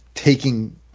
taking